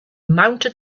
mounted